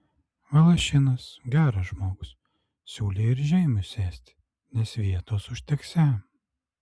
valašinas geras žmogus siūlė ir žeimiui sėsti nes vietos užteksią